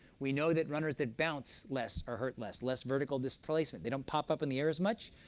we know that runners that bounce less are hurt less, less vertical displacement. they don't pop up in the air as much,